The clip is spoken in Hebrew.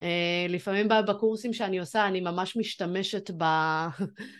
לפעמים בקורסים שאני עושה אני ממש משתמשת ב...